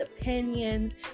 opinions